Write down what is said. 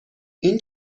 این